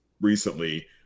recently